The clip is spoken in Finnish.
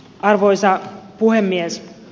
arvoisa puhemies